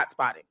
hotspotting